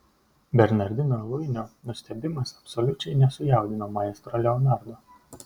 bernardino luinio nustebimas absoliučiai nesujaudino maestro leonardo